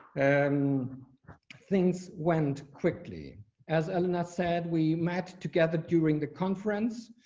and things went quickly as elena said we met together during the conference.